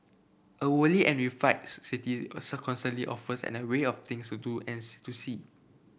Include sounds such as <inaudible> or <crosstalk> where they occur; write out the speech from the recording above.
a worldly and refined city constantly offers an array of things to do and <unintelligible> to see